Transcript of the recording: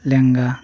ᱞᱮᱸᱜᱟ